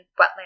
wetland